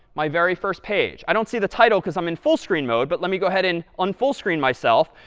my very first page. i don't see the title because i'm in full-screen mode, but let me go ahead and un-full-screen myself,